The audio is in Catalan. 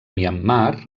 myanmar